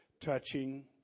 touching